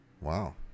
Wow